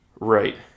Right